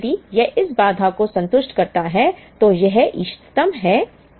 यदि यह इस बाधा को संतुष्ट करता है तो यह इष्टतम है